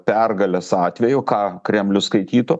pergalės atveju ką kremlius skaitytų